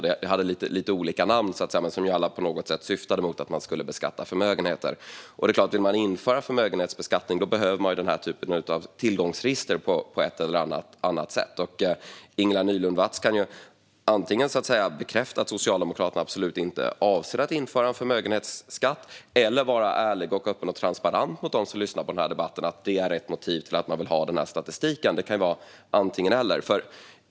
Den hade lite olika namn, men alla syftade till att beskatta förmögenheter. Det är klart att om man vill införa förmögenhetsskatter behöver man den här typen av tillgångsregister på ett eller annat sätt. Ingela Nylund Watz kan antingen bekräfta att Socialdemokraterna absolut inte avser att införa en förmögenhetsskatt, eller vara ärlig, öppen och transparent mot dem som lyssnar på den här debatten och säga att det är ett motiv till att man vill ha den här statistiken. Det kan vara antingen eller.